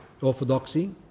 orthodoxy